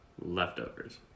leftovers